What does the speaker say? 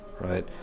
right